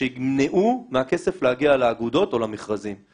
שימנעו מהכסף להגיע לאגודות או למכרזים,